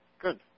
good